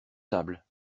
tables